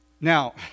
now